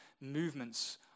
movements